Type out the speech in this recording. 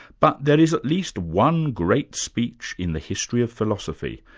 but there is at least one great speech in the history of philosophy,